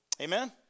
Amen